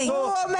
אותו.